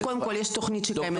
זה קודם כל יש תוכנית שקיימת.